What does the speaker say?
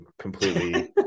completely